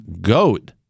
goat